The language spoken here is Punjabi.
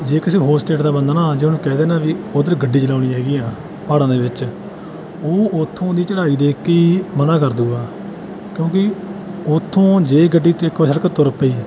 ਜੇ ਕਿਸੇ ਹੋਰ ਸਟੇਟ ਦਾ ਬੰਦਾ ਨਾ ਆ ਜੇ ਉਹਨੂੰ ਕਹਿ ਦੇਣਾ ਵੀ ਉੱਧਰ ਗੱਡੀ ਚਲਾਉਣੀ ਹੈਗੀ ਆ ਪਹਾੜਾਂ ਦੇ ਵਿੱਚ ਉਹ ਉੱਥੋਂ ਦੀ ਚੜ੍ਹਾਈ ਦੇਖ ਕੇ ਹੀ ਮਨ੍ਹਾ ਕਰ ਦੂਗਾ ਕਿਉਂਕਿ ਉੱਥੋਂ ਜੇ ਗੱਡੀ ਤੁਰ ਪਈ